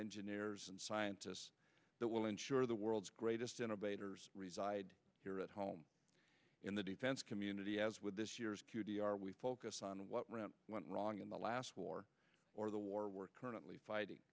engineers and scientists that will ensure the world's greatest innovators reside here at home in the defense community as with this year's q t r we focus on what rand went wrong in the last war or the war we're currently fighting